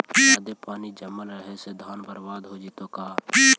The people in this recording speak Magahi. जादे पानी जमल रहे से धान बर्बाद हो जितै का?